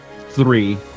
Three